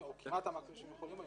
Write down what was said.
כמעט המקסימום שהם יכולים היום,